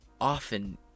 often